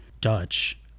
Dutch